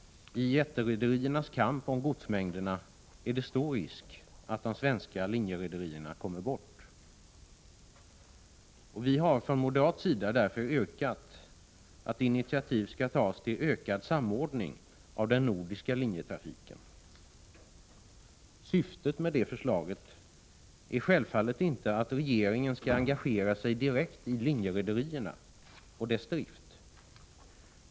I jätterederiernas kamp om godsmängderna är det stor risk att de svenska linjerederierna kommer bort. Vi har från moderat sida därför yrkat att initiativ skall tas till ökad samordning av den nordiska linjetrafiken. Syftet med förslaget är självfallet inte att regeringen skall engagera sig direkt i linjerederierna och deras drift.